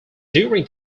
during